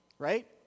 Right